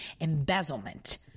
embezzlement